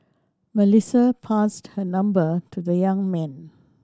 Melissa passed her number to the young man